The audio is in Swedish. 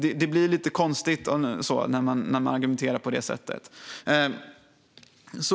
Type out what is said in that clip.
Det blir konstigt när ni argumenterar så.